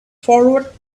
forward